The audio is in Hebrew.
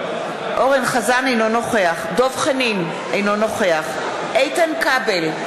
אינו נוכח דב חנין, אינו נוכח איתן כבל,